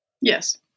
Yes